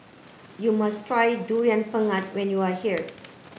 you must try durian pengat when you are here